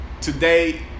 Today